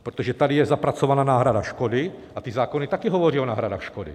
Protože tady je zapracovaná náhrada škody a ty zákony taky hovoří o náhradách škody.